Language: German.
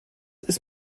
ist